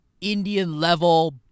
Indian-level